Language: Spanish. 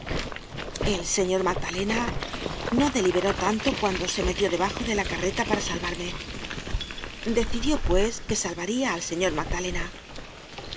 el señor magdalena no deliberó tanto cuando se metió debajo de la carreta para salvarme decidió pues que salvaría al señor magdalena